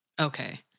Okay